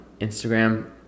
Instagram